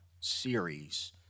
series